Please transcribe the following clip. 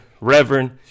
reverend